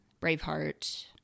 Braveheart